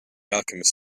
alchemist